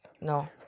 No